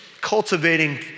cultivating